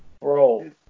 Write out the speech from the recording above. Bro